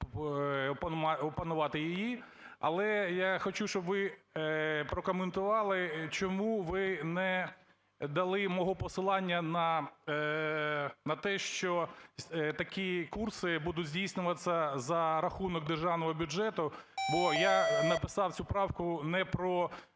опанувати її. Але я хочу, щоб ви прокоментували, чому ви не дали мого посилання на те, що такі курси будуть здійснюватися за рахунок державного бюджету, бо я написав цю правку не про